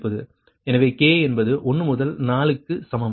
எனவே k என்பது 1 முதல் 4 க்கு சமம்